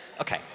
Okay